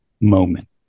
moment